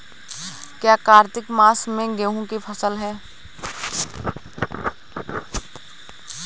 क्या कार्तिक मास में गेहु की फ़सल है?